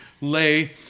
lay